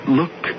look